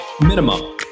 minimum